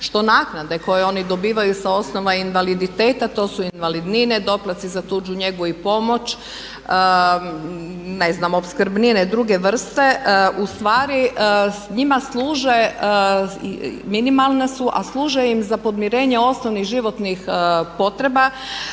što naknade koje oni dobivaju sa osoba invaliditeta, to su invalidnine, doplatci za tuđu njegu i pomoć, ne znam opskrbnine druge vrste, ustvari njima služe, minimalne su a služe im za podmirenje osnovnih životnih potreba